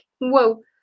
whoa